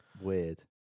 weird